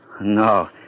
No